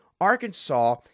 Arkansas